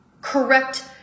correct